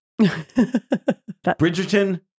Bridgerton